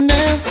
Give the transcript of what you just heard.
Now